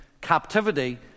captivity